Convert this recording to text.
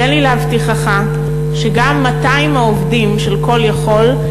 תן לי להבטיחך שגם 200 העובדים של "Call יכול"